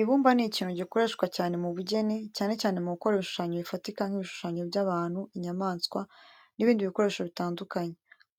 Ibumba ni ikintu gikoreshwa cyane mu bugeni, cyane cyane mu gukora ibishushanyo bifatika nk'ibishushanyo by'abantu, inyamaswa n'ibindi bikoresho bitandukanye.